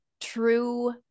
true